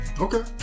Okay